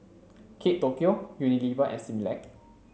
Kate Tokyo Unilever and Similac